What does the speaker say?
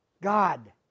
God